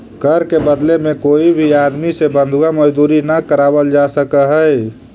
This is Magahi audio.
कर के बदले में कोई भी आदमी से बंधुआ मजदूरी न करावल जा सकऽ हई